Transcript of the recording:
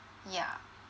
yeah